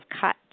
cut